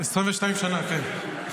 22 שנה, כן.